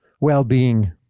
well-being